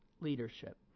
leadership